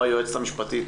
או היועצת המשפטי,